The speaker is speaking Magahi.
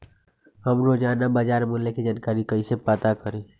हम रोजाना बाजार मूल्य के जानकारी कईसे पता करी?